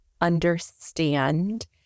understand